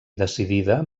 decidida